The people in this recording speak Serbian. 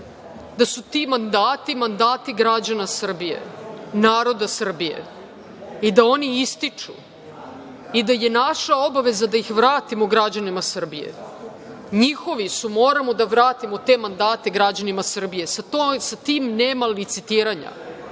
kabinet, mandati građana Srbije, naroda Srbije i da oni ističu i da je naša obaveza da ih vratimo građanima Srbije. Njihovi su, moramo da vratimo te mandate građanima Srbija. Sa tim nema licitiranja. Ti